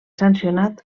sancionat